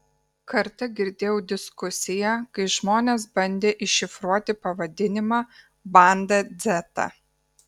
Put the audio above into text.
kartą girdėjau diskusiją kai žmonės bandė iššifruoti pavadinimą bandą dzeta